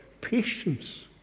patience